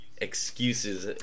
Excuses